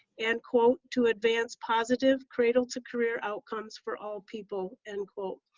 and quote, to advance positive cradle to career outcomes for all people, end quote,